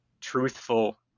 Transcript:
truthful